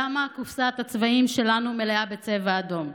למה קופסת הצבעים שלנו מלאה בצבע אדום?